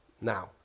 Now